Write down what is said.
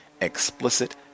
explicit